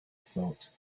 thought